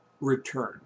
return